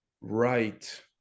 Right